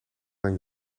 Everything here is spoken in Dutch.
dan